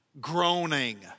groaning